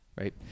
right